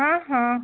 ହଁ ହଁ